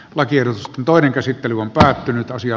laki on toinen käsittely on päättynyt ja